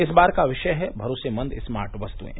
इस बार का विषय है भरोसेमंद स्मार्ट वस्तुएं